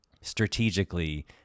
strategically